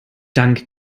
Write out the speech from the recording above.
dank